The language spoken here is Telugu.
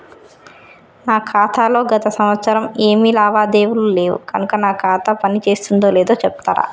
నా ఖాతా లో గత సంవత్సరం ఏమి లావాదేవీలు లేవు కనుక నా ఖాతా పని చేస్తుందో లేదో చెప్తరా?